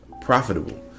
profitable